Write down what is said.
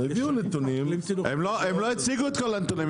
הם לא הציגו את כל הנתונים.